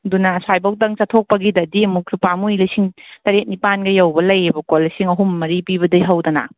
ꯑꯗꯨꯅ ꯑꯁꯥꯏꯕꯣꯛꯇꯪ ꯆꯠꯊꯣꯛꯄꯒꯤꯗꯗꯤ ꯑꯃꯨꯛꯁꯨ ꯄꯥꯃꯨꯏ ꯂꯤꯁꯤꯡ ꯇꯔꯦꯠ ꯅꯤꯄꯥꯟꯒ ꯌꯧꯕ ꯂꯩꯌꯦꯕꯀꯣ ꯂꯤꯁꯤꯡ ꯑꯍꯨꯝ ꯃꯔꯤ ꯄꯤꯕꯗꯩ ꯍꯧꯗꯅ